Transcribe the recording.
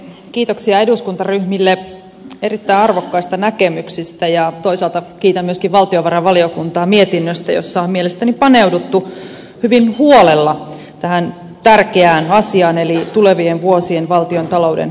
kiitoksia eduskuntaryhmille erittäin arvokkaista näkemyksistä ja toisaalta kiitän myöskin valtiovarainvaliokuntaa mietinnöstä jossa on mielestäni paneuduttu hyvin huolella tähän tärkeään asiaan eli tulevien vuosien valtiontalouden kehyksiin